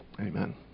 Amen